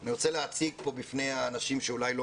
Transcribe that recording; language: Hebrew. אני רוצה להציג פה בפני האנשים שאולי לא